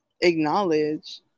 acknowledge